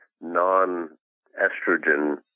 non-estrogen